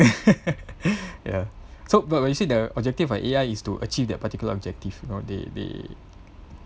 ya so but you see the objective of A_I is to achieve that particular objective you know they they